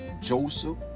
Joseph